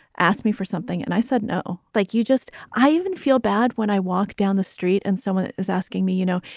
ask me for something. and i said, no, thank like you. just. i even feel bad when i walk down the street and someone is asking me, you know,